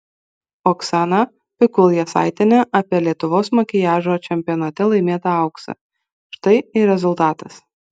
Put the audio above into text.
oksana pikul jasaitienė apie lietuvos makiažo čempionate laimėtą auksą štai ir rezultatas